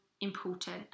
important